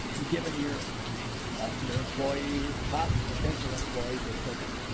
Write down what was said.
given your ah your employees, possible potential employees, et cetera.